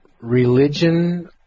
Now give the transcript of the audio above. religion